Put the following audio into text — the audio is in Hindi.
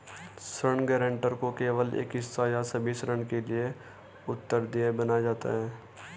ऋण गारंटर को केवल एक हिस्से या सभी ऋण के लिए उत्तरदायी बनाया जाता है